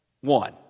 one